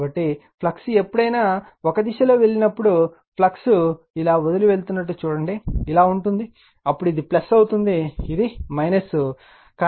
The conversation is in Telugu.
కాబట్టి ఫ్లక్స్ ఎప్పుడైనా ఒక దిశలో వెళ్ళినప్పుడు ఫ్లక్స్ ఇలా వదిలి వెళ్తున్నట్లు చూడండి ఇలా ఉంటుంది అప్పుడు ఇది అవుతుంది ఇది సారూప్యత కోసం